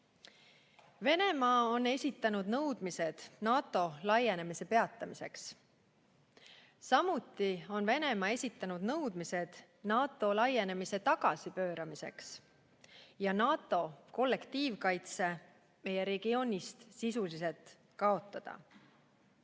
Venemaa on esitanud nõudmised NATO laienemise peatamiseks. Samuti on Venemaa esitanud nõudmised NATO laienemise tagasipööramiseks ja NATO kollektiivkaitse meie regioonist sisuliselt kaotamiseks.